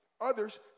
others